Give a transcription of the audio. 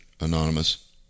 Anonymous